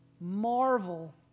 marvel